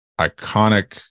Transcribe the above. iconic